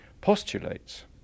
postulates